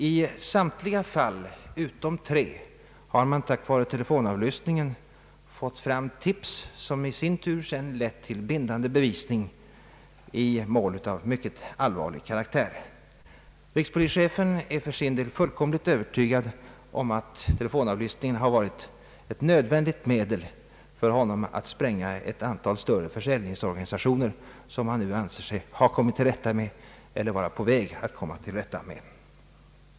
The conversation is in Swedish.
I samtliga fall utom tre har man tack vare telefonavlyssningen fått fram tips som i sin tur lett till bindande bevisning i mål av mycket allvarlig karaktär. Rikspolischefen är för sin del fullkomligt övertygad om att telefonavlyssningen har varit ett nödvändigt medel för honom att spränga ett antal större försäljningsorganisationer, som han nu anser sig ha kommit till rätta med eller är på väg att komma till rätta med.